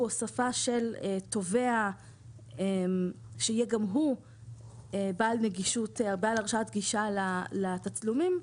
הוספה של תובע שיהיה גם הוא בעל הרשאת גישה לתצלומים,